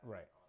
Right